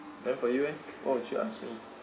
then for you eh what would you ask mm